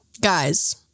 guys